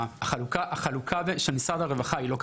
החלוקה של משרד הרווחה היא לא כזאת.